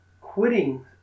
quitting